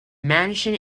mansion